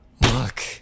Look